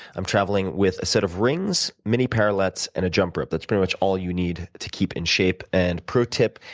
i'm travelling with a set of rings, mini-parallettes, and a jump rope that's pretty much all you need to keep in shape. and pro tip,